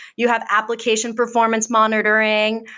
you have application performance monitoring,